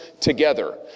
together